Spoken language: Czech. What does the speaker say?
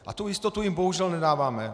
A tu jistotu jim bohužel nedáváme.